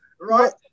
Right